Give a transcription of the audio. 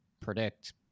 predict